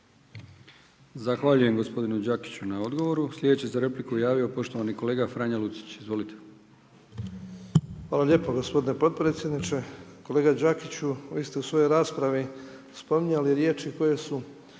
Zahvaljujem gospodinu Đakiću na odgovor. Sljedeći za repliku se javio poštovani kolega Franjo Lucić. Izvolite. **Lucić, Franjo (HDZ)** Hvala lijepo gospodine potpredsjedniče. Kolega Đakiću, vi ste u svojoj raspravi spominjali riječi koje su